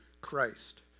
Christ